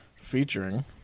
Featuring